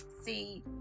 See